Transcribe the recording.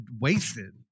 wasted